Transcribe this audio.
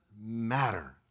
matter